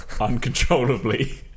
uncontrollably